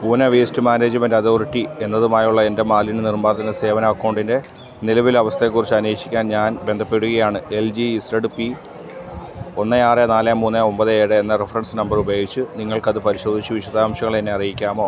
Pune waste management authority എന്നതുമായുള്ള എൻ്റെ മാലിന്യ നിർമാർജന സേവന അക്കൗണ്ടിൻ്റെ നിലവിലെ അവസ്ഥയെ കുറിച്ചു അന്വേഷിക്കാൻ ഞാൻ ബന്ധപ്പെടുകയാണ് L G S D P ഒന്ന് ആറ് നാല് മൂന്ന് ഒമ്പത് ഏഴ് എന്ന റഫറൻസ് നമ്പർ ഉപയോഗിച്ചു നിങ്ങൾക്ക് അത് പരിശോധിച്ചു വിശദാംശങ്ങൾ എന്നെ അറിയിക്കാമോ